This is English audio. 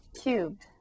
cubed